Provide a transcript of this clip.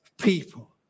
people